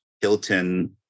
Hilton